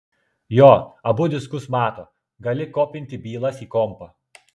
jo abu diskus mato gali kopinti bylas į kompą